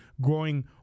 growing